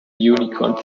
unicorn